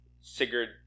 Sigurd